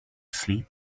sleep